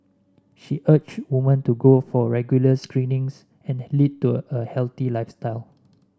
she urged women to go for regular screenings and lead to a healthy lifestyle